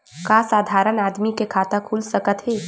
का साधारण आदमी के खाता खुल सकत हे?